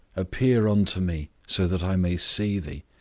appear unto me so that i may see thee,